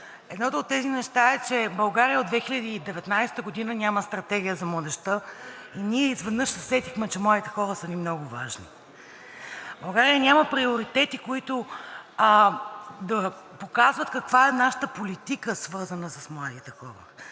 Едното от тези неща е, че България от 2019 г. няма стратегия за младежта. Ние изведнъж се сетихме, че младите хора са ни много важни. България няма приоритети, които да показват каква е нашата политика, свързана с младите хора.